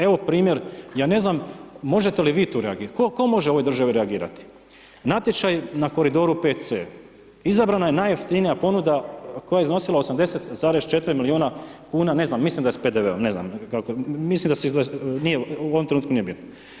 Evo primjer, ja na znam možete li vi tu reagirati, tko može u ovoj državi reagirati, natječaj na koridoru 5C izabrana je najjeftinija ponuda koja je iznosila 80,4 milijuna kuna, ne znam mislim da je s PDV-om, ne znam, mislim da se, u ovom trenutku nije bitno.